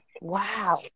wow